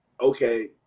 okay